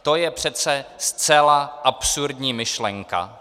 To je přece zcela absurdní myšlenka.